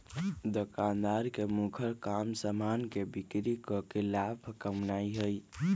दोकानदार के मुखर काम समान के बिक्री कऽ के लाभ कमानाइ होइ छइ